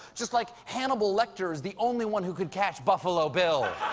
just like hannibal lecter is the only one who could catch buffalo bill.